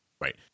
right